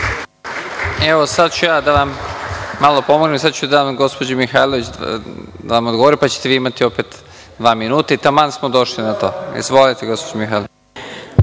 Sada ću da vam malo pomognem. Daću reč gospođi Mihajlović da vam dogovori, pa ćete vi imati opet dva minuta i taman smo došli na to. Izvolite, gospođo Mihajlović.